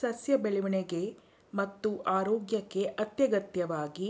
ಸಸ್ಯ ಬೆಳವಣಿಗೆ ಮತ್ತು ಆರೋಗ್ಯಕ್ಕೆ ಅತ್ಯಗತ್ಯವಾಗಿ